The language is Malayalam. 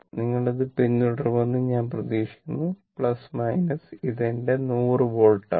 നിങ്ങൾ ഇത് പിന്തുടരുമെന്ന് നിങ്ങൾ പ്രതീക്ഷിക്കുന്നു ഇത് എന്റെ 100 വോൾട്ട് ആണ്